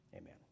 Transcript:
Amen